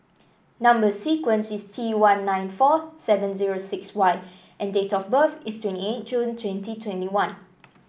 number sequence is T one nine four seven zero six Y and date of birth is twenty eight June twenty twenty one